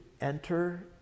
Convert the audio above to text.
enter